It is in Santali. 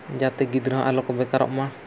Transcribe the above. ᱡᱟᱛᱮ ᱜᱤᱫᱽᱨᱟᱹ ᱦᱚᱸ ᱟᱞᱚᱠᱚ ᱵᱮᱠᱟᱨᱚᱜ ᱢᱟ